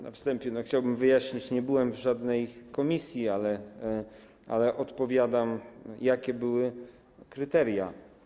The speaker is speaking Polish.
Na wstępie chciałbym wyjaśnić, że nie byłem w żadnej komisji, ale odpowiadam, jakie były kryteria.